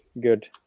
good